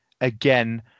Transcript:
again